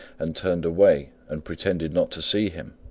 and turned away and pretended not to see him.